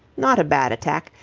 not a bad attack.